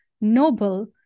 noble